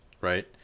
right